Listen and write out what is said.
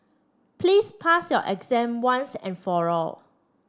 please pass your exam once and for all